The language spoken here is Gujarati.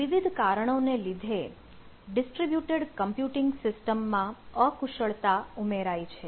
વિવિધ કારણોને લીધે ડિસ્ટ્રીબ્યુટેડ કમ્પ્યુટિંગ સિસ્ટમમાં અકુશળતા ઉમેરાય છે